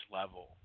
level